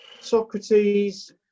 Socrates